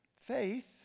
Faith